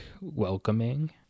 welcoming